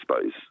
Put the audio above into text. space